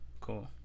cool